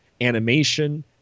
animation